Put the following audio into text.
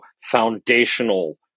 foundational